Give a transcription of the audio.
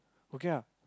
okay ah